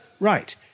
Right